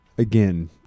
Again